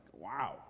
wow